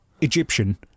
Egyptian